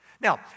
Now